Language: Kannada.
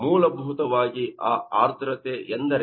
ಮೂಲಭೂತವಾಗಿ ಆ ಆರ್ದ್ರತೆ ಎಂದರೇನು